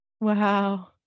wow